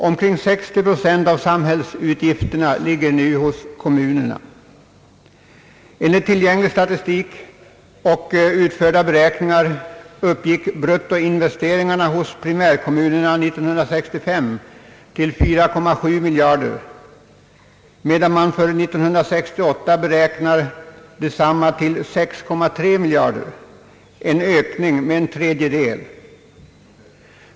Omkring 60 procent av samhällsutgifterna ligger nu hos kommunerna. Enligt tillgänglig statistik och utförda beräkningar uppgick bruttoinvesteringarna hos primärkommunerna år 1965 till 4,7 miljarder kronor, medan man för år 1968 beräknar dem till 6,3 miljarder kronor, en ökning med en tredjedel.